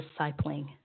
discipling